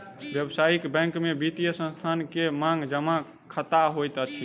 व्यावसायिक बैंक में वित्तीय संस्थान के मांग जमा खता होइत अछि